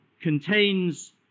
contains